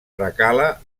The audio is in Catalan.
recala